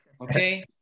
okay